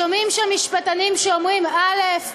שומעים שם משפטנים שאומרים א',